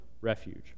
refuge